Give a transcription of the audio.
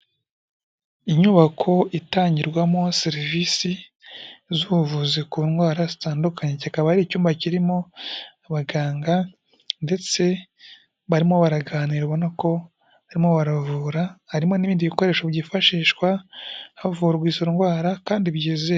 Inyubako itangirwamo serivisi z'ubuvuzi ku ndwara zitandukanye, kikaba ari icyumba kirimo abaganga ndetse barimo baraganira ubona ko barimo baravura, harimo n'ibindi bikoresho byifashishwa havurwa izo ndwara kandi byizewe.